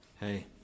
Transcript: Hey